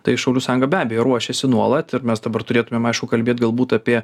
tai šaulių sąjunga be abejo ruošiasi nuolat ir mes dabar turėtumėm aišku kalbėt galbūt apie